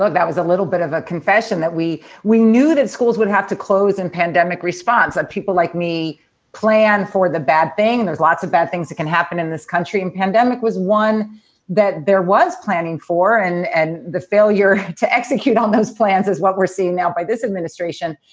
ah that was a little bit of a confession that we we knew that schools would have to close and pandemic response. and people like me plan for the bad thing. there's lots of bad things that can happen in this country. and pandemic was one that there was planning for. and and the failure to execute on those plans is what we're seeing now by this administration.